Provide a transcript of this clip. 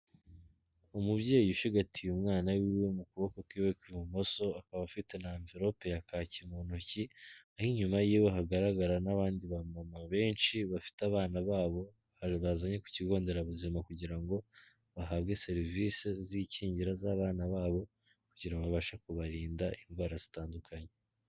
Umubyeyi ushigatiye umwana w'iwe mu kuboko kw'iwe kw'ibumoso, akaba afite n'amverope ya kaki mu ntoki, aho inyuma y'iwe hagaragara n'abandi ba mama benshi bafite abana babo, bazanye ku kigo nderabuzima kugira ngo, bahabwe serivise z'inkingira z'abana babo, kugira ngo babashe kubarinda indwara zitandukanye.